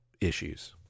issues